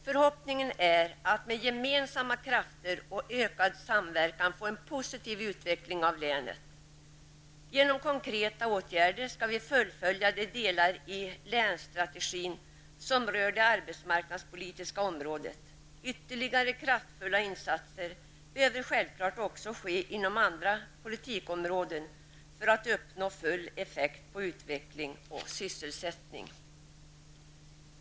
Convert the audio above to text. Förhoppningen är att vi med gemensamma krafter och ökad samverkan får en positiv utveckling av länet. Genom konkreta åtgärder skall vi fullfölja de delar i länsstrategin som rör det arbetsmarknadspolitiska området. Ytterligare kraftfulla insatser behöver självfallet också vidtas inom andra politikområden för att man skall kunna uppnå full effekt på utveckling och sysselsättning.